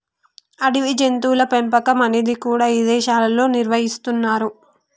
అడవి జంతువుల పెంపకం అనేది కూడా ఇదేశాల్లో నిర్వహిస్తున్నరు